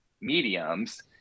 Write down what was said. mediums